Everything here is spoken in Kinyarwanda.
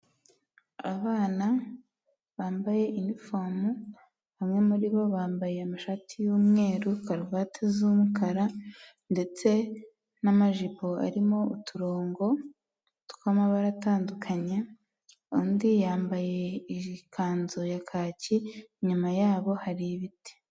Abana bambaye inifomu, bamwe muri bo bambaye amashati y'umweru, karuvati z'umukara ndetse n'amajipo arimo uturongo tw'amabara atandukanye, undi yambaye ikanzu ya kaki, inyuma yabo hari ibiti.